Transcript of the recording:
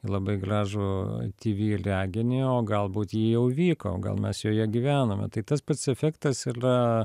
i labai gliažų tv reginį o galbūt ji jau įvyko gal mes joje gyvename tai tas pats efektas ylia